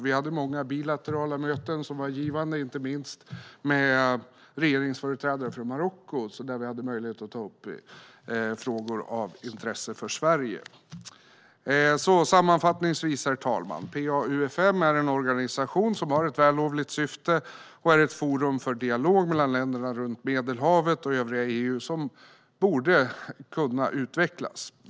Vi hade många bilaterala möten som var givande, inte minst med regeringsföreträdare från Marocko, där vi hade möjlighet att ta upp frågor av intresse för Sverige. Herr talman! Sammanfattningsvis är PA-UfM en organisation som har ett vällovligt syfte och är ett forum för dialog mellan länderna runt Medelhavet och övriga EU som borde kunna utvecklas.